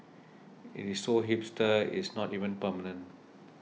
it is so hipster it is not even permanent